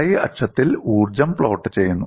Y അക്ഷത്തിൽ ഊർജ്ജം plot ചെയ്യുന്നു